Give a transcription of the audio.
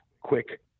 quick